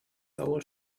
того